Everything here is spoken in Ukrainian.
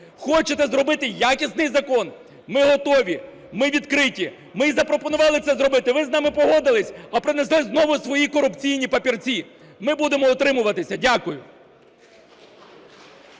Хочете зробити якісний закон – ми готові, ми відкриті. Ми і запропонували це зробити, ви з нами погодилися, а принесли знову свої корупційні папірці. Ми будемо утримуватися. Дякую.